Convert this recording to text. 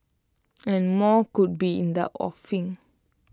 and more could be in the offing